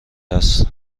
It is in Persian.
است